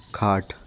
खाट